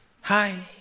Hi